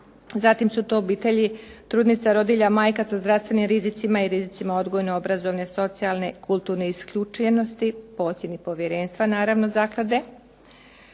zatim su tu obitelji trudnica rodilja, majka sa zdravstvenim rizicima i rizicima odgojno-obrazovne, socijalne, kulturne isključenosti, posjetnik povjerenstva naravno zaklade.